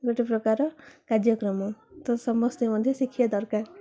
ଗୋଟେ ପ୍ରକାର କାର୍ଯ୍ୟକ୍ରମ ତ ସମସ୍ତେ ମଧ୍ୟ ଶିଖିବା ଦରକାର